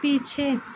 पीछे